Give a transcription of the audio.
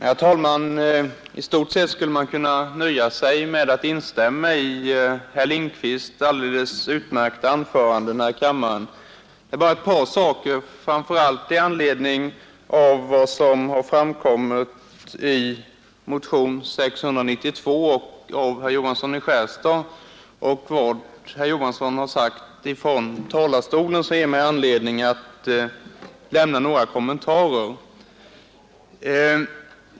Herr talman! I stort sett skulle jag kunna nöja mig med att instämma i herr Lindkvists alldels utmärkta anförande i kammaren. Jag vill bara ta upp ett par saker. Det är framför allt vad som har framkommit i motionen 692 av herr Johansson i Skärstad och vad herr Johansson har sagt från talarstolen som ger mig anledning göra några kommentarer.